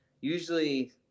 usually